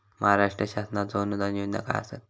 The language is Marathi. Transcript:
महाराष्ट्र शासनाचो अनुदान योजना काय आसत?